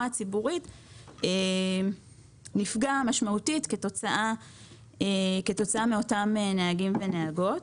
הציבורית נפגע משמעותית כתוצאה מאותם נהגים ונהגות.